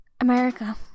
America